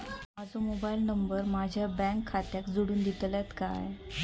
माजो mobile number माझ्या bank खात्याक जोडून दितल्यात काय?